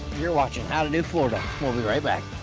you're watching how to do, florida we'll be right back